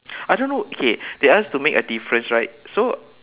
I don't know okay they ask to make a difference right so